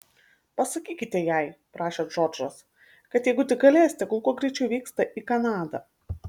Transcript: pasakykite jai prašė džordžas kad jeigu tik galės tegul kuo greičiau vyksta į kanadą